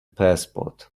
passport